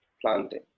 planting